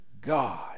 God